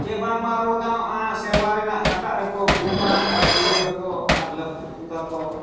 ᱪᱮᱫ ᱵᱟᱝᱢᱟ ᱨᱚᱲ ᱜᱟᱱᱚᱜᱼᱟ ᱥᱮᱨᱣᱟ ᱨᱮᱱᱟᱜ ᱦᱟᱴᱟᱜ ᱨᱮᱠᱚ ᱜᱩᱢᱟ ᱟᱨ ᱠᱩᱰᱩᱨᱟᱠᱚ ᱟᱨ ᱞᱟᱹᱯᱩᱜ ᱛᱩᱫᱟ ᱠᱚ